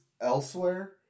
elsewhere